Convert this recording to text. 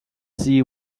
see